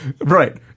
Right